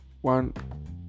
one